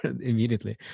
immediately